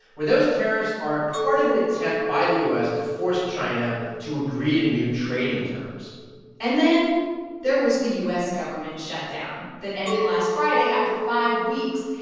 where those tariffs are a part of an attempt by the u s. to force china to agree to new trading terms and then there was the u s. government shutdown that ended last friday after five weeks.